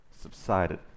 subsided